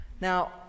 Now